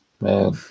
Man